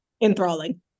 enthralling